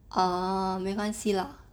oh 没关系 lah